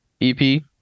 EP